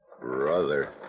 Brother